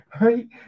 Right